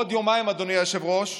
בעוד יומיים, אדוני היושב-ראש,